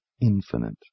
infinite